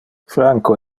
franco